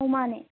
ꯑꯧ ꯃꯥꯅꯦ